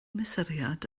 mesuriad